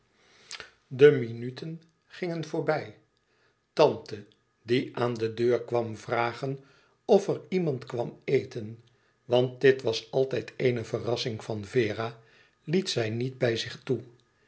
de minuten gingen voorbij tante die aan de deur kwam vragen of er iemand kwam e ids aargang eten want dit was altijd eene verrassing van vera liet zij niet bij zich toe